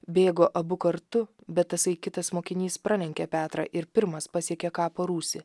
bėgo abu kartu bet tasai kitas mokinys pralenkė petrą ir pirmas pasiekė kapo rūsį